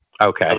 Okay